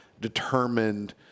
determined